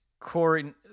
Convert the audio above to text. Corey